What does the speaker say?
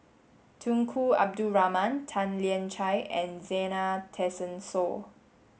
Tunku Abdul Rahman Tan Lian Chye and Zena Tessensohn